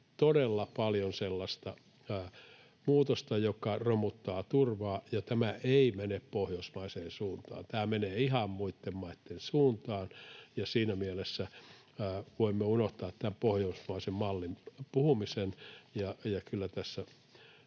todella paljon sellaista muutosta, joka romuttaa turvaa, ja tämä ei mene pohjoismaiseen suuntaan. Tämä menee ihan muitten maitten suuntaan, ja siinä mielessä voimme unohtaa pohjoismaisesta mallista puhumisen.